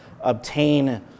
obtain